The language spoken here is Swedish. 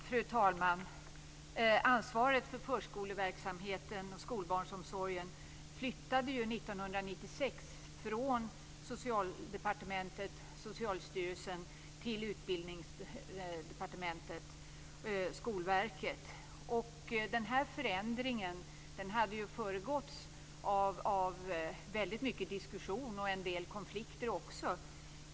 Fru talman! Ansvaret för förskoleverksamheten och skolbarnsomsorgen flyttade ju 1996 från Socialdepartementet och Socialstyrelsen till Utbildningsdepartementet respektive Skolverket. Denna förändring hade föregåtts av väldigt mycket diskussion och även en del konflikter.